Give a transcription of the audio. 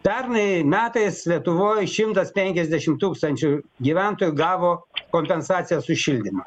pernai metais lietuvoj šimtas penkiasdešim tūkstančių gyventojų gavo kompensacijas už šildymą